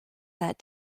that